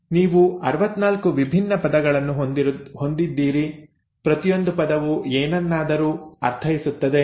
ನೀವು 64 ವಿಭಿನ್ನ ಪದಗಳನ್ನು ಹೊಂದಿದ್ದೀರಿ ಪ್ರತಿಯೊಂದು ಪದವು ಏನನ್ನಾದರೂ ಅರ್ಥೈಸುತ್ತದೆ